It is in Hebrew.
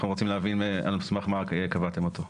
אנחנו רוצים להבין על סמך מה קבעתם אותו.